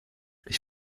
ich